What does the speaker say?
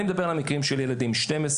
אני מדבר על מקרים של ילדים 12,